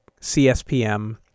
CSPM